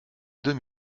deux